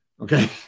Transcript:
Okay